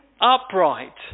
upright